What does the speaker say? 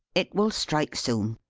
it will strike soon.